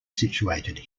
situated